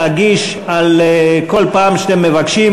אני מבקש להגיש כל פעם שאתם מבקשים,